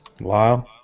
Wow